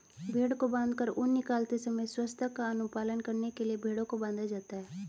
भेंड़ को बाँधकर ऊन निकालते समय स्वच्छता का अनुपालन करने के लिए भेंड़ों को बाँधा जाता है